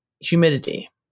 humidity